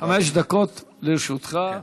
חמש דקות לרשותך.